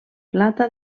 plata